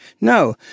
No